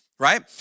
right